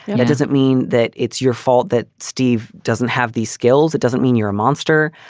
and it doesn't mean that it's your fault that steve doesn't have these skills. it doesn't mean you're a monster.